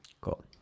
Cool